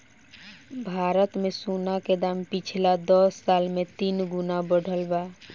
भारत मे सोना के दाम पिछला दस साल मे तीन गुना बढ़ल बा